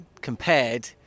Compared